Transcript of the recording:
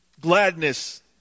gladness